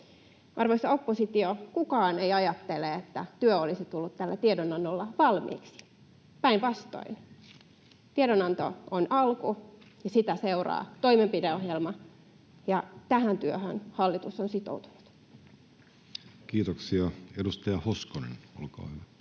Arvoisa oppositio, kukaan ei ajattele, että työ olisi tullut tällä tiedonannolla valmiiksi. Päinvastoin. Tiedonanto on alku, ja sitä seuraa toimenpideohjelma, ja tähän työhön hallitus on sitoutunut. Kiitoksia. — Edustaja Hoskonen, olkaa hyvä.